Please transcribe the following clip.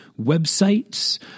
websites